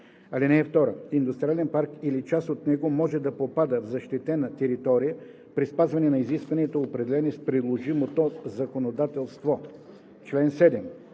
ЗУТ. (2) Индустриален парк или част от него може да попада в защитена територия при спазване на изискванията, определени с приложимото законодателство.“ По